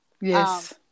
Yes